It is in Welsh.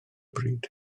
bryd